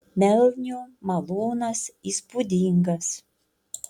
melnių malūnas įspūdingas